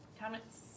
comments